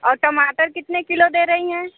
और टमाटर कितने किलो दे रहे हैं